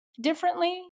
differently